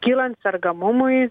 kylant sergamumui